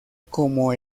como